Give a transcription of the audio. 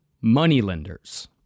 moneylenders